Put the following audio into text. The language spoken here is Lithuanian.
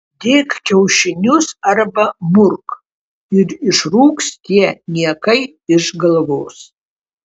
dėk kiaušinius arba murk ir išrūks tie niekai iš galvos